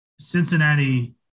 Cincinnati